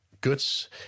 goods